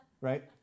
right